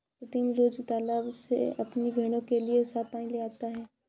प्रीतम रोज तालाब से अपनी भेड़ों के लिए साफ पानी ले जाता है